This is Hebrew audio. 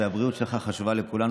והבריאות שלך חשובה לכולנו.